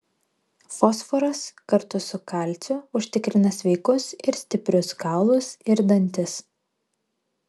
fosforas kartu su kalciu užtikrina sveikus ir stiprius kaulus ir dantis